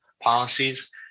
policies